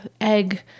egg